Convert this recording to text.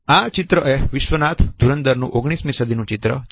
આ ચિત્ર એ વિશ્વનાથ ધુરંધર નું 19મી સદીનું ચિત્ર છે